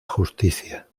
justicia